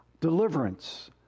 Deliverance